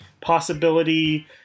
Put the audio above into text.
possibility